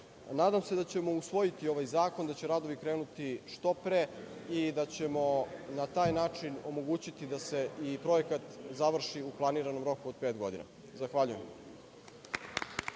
se da ćemo usvojiti ovaj zakon, da će radovi krenuti što pre i da ćemo na taj način omogućiti da se i projekat završi u planiranom roku od pet godina. Zahvaljujem.